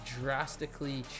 drastically